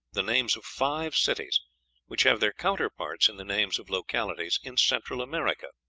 the names of five cities which have their counterparts in the names of localities in central america?